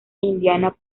indiana